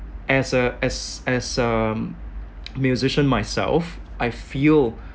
as a as as a musician myself I feel